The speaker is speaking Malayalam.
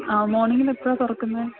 ആ മോണിങ്ങിലെപ്പോഴാണു തുറക്കുന്നത്